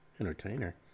entertainer